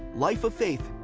life of faith,